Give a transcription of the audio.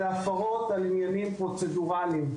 הן הפרות על עניינים פרוצדורליים,